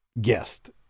guest